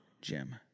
Jim